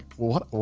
what,